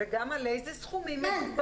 וגם על אילו סכומים מדובר?